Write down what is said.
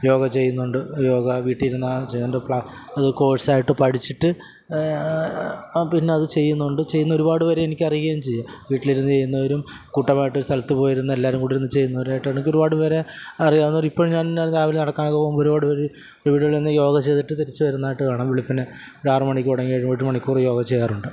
യോഗ ചെയ്യുന്നുണ്ട് യോഗ വീട്ടിൽ ഇരുന്നാൽ ചെയ്യാം അതിന്റെ അത് കോഴ്സ് ആയിട്ട് പഠിച്ചിട്ട് അത് പിന്നെ അത് ചെയ്യുന്നുണ്ട് ചെയ്യുന്ന ഒരുപാട് പേരെ എനിക്ക് അറിയുകയും ചെയ്യാം വീട്ടിലിരുന്ന് ചെയ്യുന്നവരും കൂട്ടമായിട്ട് ഒരു സ്ഥലത്ത് പോയിരുന്ന് എല്ലാവരും കൂടിയിരുന്ന് ചെയ്യുന്നവരായിട്ട് ആണെങ്കിൽ ഒരുപാട് പേരെ അറിയാവുന്നവർ ഇപ്പഴും ഞാന് രാവിലെ നടക്കാനെക്കെ പോവുമ്പം ഒരുപാട് പേര് ഇവിടെ ഇരുന്ന് യോഗ ചെയ്തിട്ട് തിരിച്ച് വരുന്നതായിട്ട് കാണാം വെളുപ്പിനെ ഒരു ആറ് മണിക്ക് തുടങ്ങി ഏഴ് ഒരു മണിക്കൂറ് യോഗ ചെയ്യാറുണ്ട്